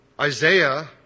Isaiah